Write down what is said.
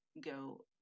go